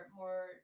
more